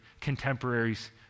contemporaries